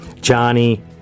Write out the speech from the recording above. Johnny